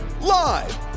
Live